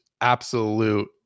absolute